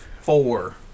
four